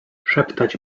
szeptać